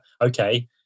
okay